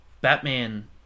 Batman